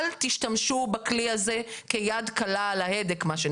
אל תשתמשו בכלי הזה כיד קלה על ההדק.